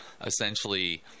essentially